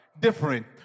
different